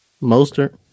Moster